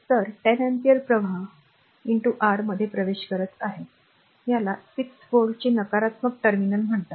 तर 10 अँपिअर प्रवाह rमध्ये प्रवेश करत आहे याला 6 volt चे नकारात्मक टर्मिनल म्हणतात